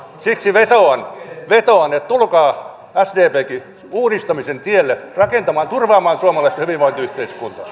siksi vetoan että tulkaa sdpkin uudistamisen tielle rakentamaan turvaamaan suomalaista hyvinvointiyhteiskuntaa